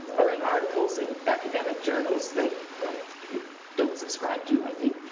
or in articles in academic journals that right. you don't subscribe to, i think.